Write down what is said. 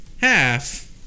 Half